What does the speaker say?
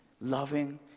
loving